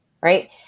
right